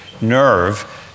nerve